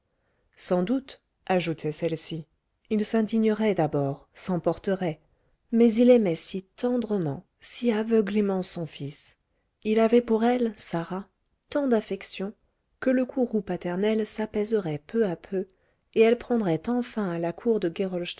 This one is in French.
sans doute ajoutait celle-ci il s'indignerait d'abord s'emporterait mais il aimait si tendrement si aveuglément son fils il avait pour elle sarah tant d'affection que le courroux paternel s'apaiserait peu à peu et elle prendrait enfin à la cour de